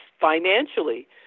financially